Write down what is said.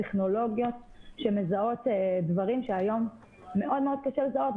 טכנולוגיות שמזהות דברים שהיום מאוד מאוד קשה לזהות.